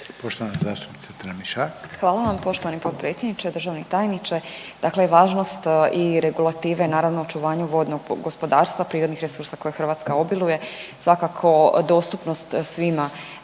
Nataša (HDZ)** Hvala vam poštovani potpredsjedniče, državni tajniče. Dakle važnost i regulative, naravno, očuvanju vodnog gospodarstva, prirodnih resursa koje Hrvatska obiluje, svakako dostupnost svima